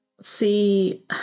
see